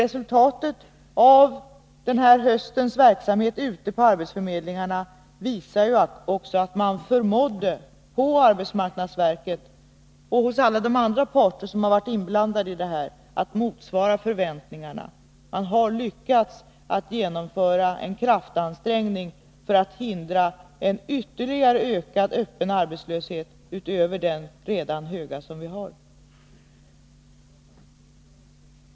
Resultatet av den här höstens verksamhet ute på arbetsförmedlingarna visar också att man på arbetsmarknadsverket och hos alla andra parter som varit inblandade har förmått att motsvara förväntningarna. Man har gjort en kraftansträngning för att hindra en ytterligare ökad öppen arbetslöshet utöver den höga som vi redan har.